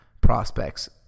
prospects